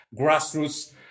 grassroots